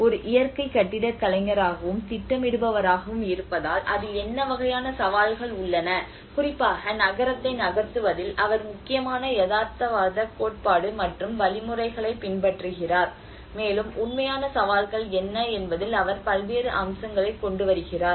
ஒரு இயற்கைக் கட்டிடக் கலைஞராகவும் திட்டமிடுபவராகவும் இருப்பதால் அதில் என்ன வகையான சவால்கள் உள்ளன குறிப்பாக நகரத்தை நகர்த்துவதில் அவர் முக்கியமான யதார்த்தவாதக் கோட்பாடு மற்றும் வழிமுறைகளைப் பின்பற்றுகிறார் மேலும் உண்மையான சவால்கள் என்ன என்பதில் அவர் பல்வேறு அம்சங்களைக் கொண்டு வருகிறார்